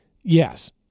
yes